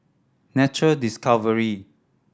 Nature Discovery